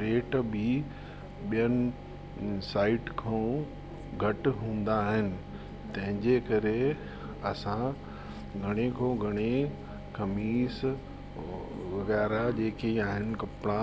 rate बि ॿियनि site खां घटि हूंदा आहिनि तंहिंजे करे असां घणे खां घणे कमीस रेरा जेकी आहिनि कपिड़ा